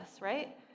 right